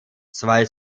zwei